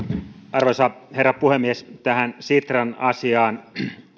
arvoisa herra puhemies tähän sitran asiaan